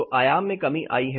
तो आयाम में कमी आई है